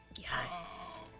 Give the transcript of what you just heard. Yes